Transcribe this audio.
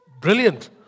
Brilliant